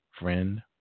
friend